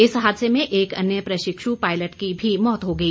इस हादसे में एक अन्य प्रशिक्षु पायलट की भी मौत हो गई